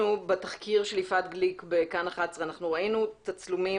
בתחקיר של יפעת גליק ב-כאן 11 ראינו תצלומים